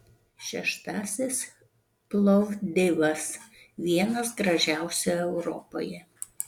šeštasis plovdivas vienas gražiausių europoje